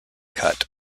cut